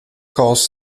cost